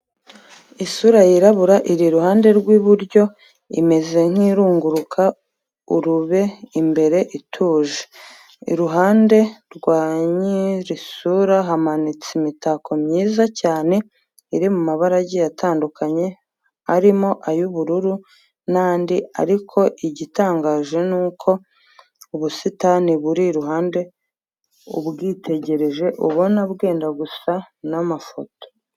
Isura yirabura iri iruhande rw'iburyo imeze nkirunguruka urube imbere ituje. Iruhande rwa nyiri sura hamanitse imitako myiza cyane iri mu mabara agiye atandukanye arimo ay'ubururu n'andi ariko igitangaje nuko ubusitani buri iruhande ubwitegereje ubona bwenda gusa n'amafoto,